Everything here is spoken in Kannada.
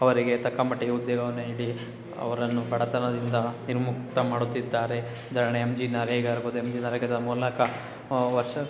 ಅವರಿಗೆ ತಕ್ಕ ಮಟ್ಟಿಗೆ ಉದ್ಯೋಗವನ್ನು ನೀಡಿ ಅವರನ್ನು ಬಡತನದಿಂದ ನಿರ್ಮುಕ್ತ ಮಾಡುತ್ತಿದ್ದಾರೆ ಉದಾಹರಣೆ ಎಮ್ ಜಿ ನರೇಗಾ ಇರ್ಬೋದು ಎಮ್ ಜಿ ನರೇಗಾದ ಮೂಲಕ ವರ್ಷ